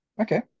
Okay